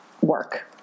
work